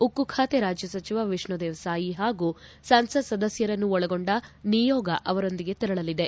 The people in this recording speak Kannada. ಉಕ್ಕು ಬಾತೆ ರಾಜ್ಯ ಸಚಿವ ವಿಷ್ಣುದೇವ್ ಸಾಯಿ ಹಾಗೂ ಸಂಸತ್ ಸದಸ್ಕರನ್ನು ಒಳಗೊಂಡ ನಿಯೋಗ ಅವರೊಂದಿಗೆ ತೆರಳಲಿದೆ